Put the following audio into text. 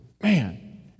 man